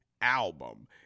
album